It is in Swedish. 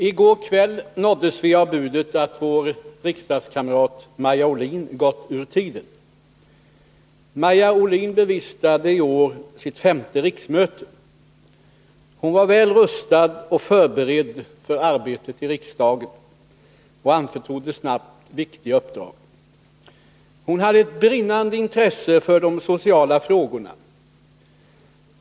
I går kväll nåddes vi av budet att vår riksdagskamrat Maja Ohlin gått ur tiden. Maja Ohlin bevistade i år sitt femte riksmöte. Hon var väl rustad och förberedd för arbetet i riksdagen och anförtroddes snabbt viktiga uppdrag. Hon hade ett brinnande intresse för de sociala frågorna.